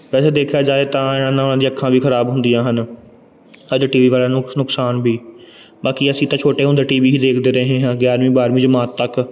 ਵੈਸੇ ਦੇਖਿਆ ਜਾਵੇ ਤਾਂ ਇਹਨਾਂ ਨਾਲ ਉਹਨਾਂ ਦੀਆਂ ਅੱਖਾਂ ਵੀ ਖਰਾਬ ਹੁੰਦੀਆਂ ਹਨ ਅੱਜ ਟੀ ਵੀ ਵਾਲਿਆਂ ਨੂੰ ਨੁਕਸ ਨੁਕਸਾਨ ਵੀ ਬਾਕੀ ਅਸੀਂ ਤਾਂ ਛੋਟੇ ਹੁੰਦੇ ਟੀ ਵੀ ਹੀ ਦੇਖਦੇ ਰਹੇ ਹਾਂ ਗਿਆਰਵੀਂ ਬਾਰਵੀਂ ਜਮਾਤ ਤੱਕ